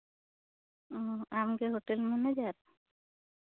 ᱟᱢᱜᱮ hotel manager